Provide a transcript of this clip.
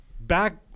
back